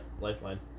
lifeline